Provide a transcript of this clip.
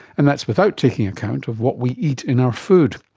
and that's without taking account of what we eat in our food.